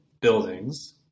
buildings